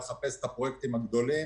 לחפש את הפרויקטים הגדולים